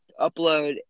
upload